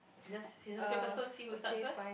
just scissors paper stone see who start first